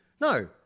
No